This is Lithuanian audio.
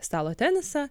stalo tenisą